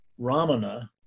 Ramana